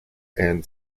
and